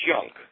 junk